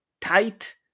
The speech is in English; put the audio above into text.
tight